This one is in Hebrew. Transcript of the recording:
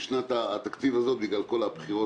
בשנת התקציב הזאת בגלל כל הבחירות